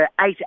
eight